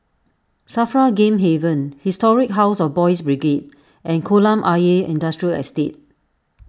Safra Game Haven Historic House of Boys' Brigade and Kolam Ayer Industrial Estate